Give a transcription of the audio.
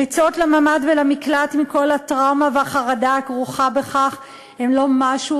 ריצות לממ"ד ולמקלט עם כל הטראומה והחרדה הכרוכות בכך הן לא משהו,